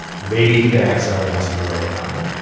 maybe he can accidentally also be wearing a condom